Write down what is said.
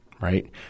right